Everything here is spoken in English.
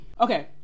okay